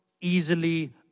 easily